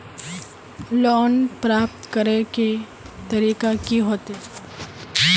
Loan प्राप्त करे के तरीका की होते?